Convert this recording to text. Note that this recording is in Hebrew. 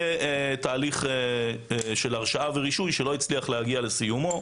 תהליך של הרשאה ורישוי שלא הצליח להגיע לסיומו.